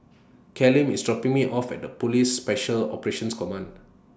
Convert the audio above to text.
Callum IS dropping Me off At Police Special Operations Command